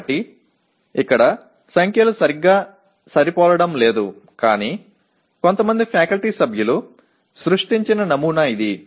எனவே இங்குள்ள எண்கள் சரியாக பொருந்தவில்லை ஆனால் இது சில ஆசிரிய உறுப்பினர்களால் உருவாக்கப்பட்ட ஒரு மாதிரி